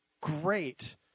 great